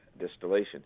distillation